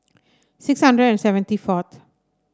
six hundred and seventy forth